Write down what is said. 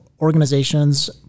organizations